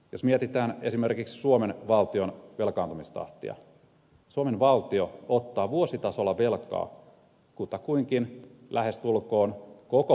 jos mietitään esimerkiksi suomen valtion velkaantumistahtia suomen valtio ottaa vuositasolla velkaa kutakuinkin lähestulkoon koko pörssiomistuksensa